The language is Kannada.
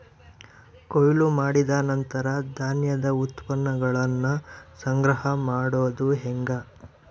ಕೊಯ್ಲು ಮಾಡಿದ ನಂತರ ಧಾನ್ಯದ ಉತ್ಪನ್ನಗಳನ್ನ ಸಂಗ್ರಹ ಮಾಡೋದು ಹೆಂಗ?